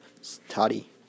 study